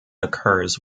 occurs